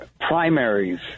primaries